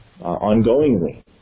ongoingly